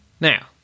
Now